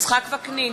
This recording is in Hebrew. יצחק וקנין,